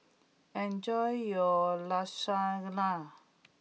enjoy your Lasagna